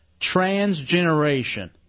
TransGeneration